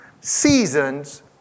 seasons